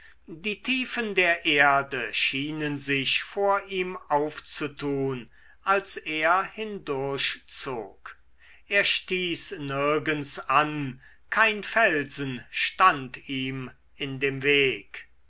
die tiefen der erde schienen sich vor ihm aufzutun als er hindurchzog er stieß nirgends an kein felsen stand ihm in dem weg